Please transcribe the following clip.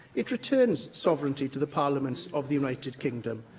it returns sovereignty to the parliaments of the united kingdom.